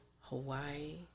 Hawaii